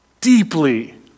deeply